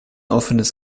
offenes